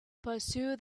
pursue